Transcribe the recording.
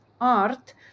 art